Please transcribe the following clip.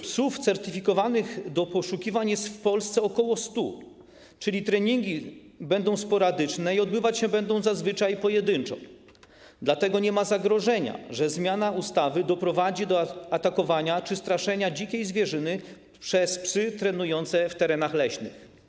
Psów certyfikowanych do poszukiwań jest w Polsce ok. 100, a zatem treningi będą sporadyczne i zazwyczaj będą odbywać się pojedynczo, dlatego nie ma zagrożenia, że zmiana ustawy doprowadzi do atakowania czy straszenia dzikiej zwierzyny przez psy trenujące w terenach leśnych.